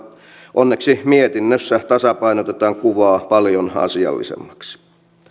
onneksi mietinnössä tasapainotetaan kuvaa paljon asiallisemmaksi